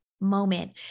moment